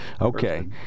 Okay